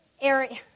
area